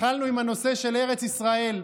התחלנו עם הנושא של ארץ ישראל,